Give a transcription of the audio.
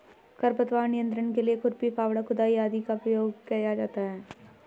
खरपतवार नियंत्रण के लिए खुरपी, फावड़ा, खुदाई आदि का प्रयोग किया जाता है